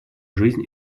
жизнь